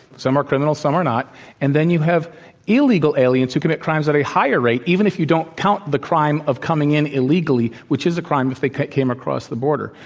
some are criminals, some are not and then you have illegal aliens who commit crimes at a higher rate even if you don't count the crime of coming in illegal, which is a crime if they came across the border.